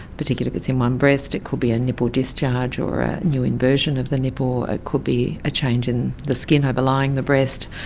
particularly if it's in one breast. it could be a nipple discharge or a new inversion of the nipple, it could be a change in the skin overlying the breast,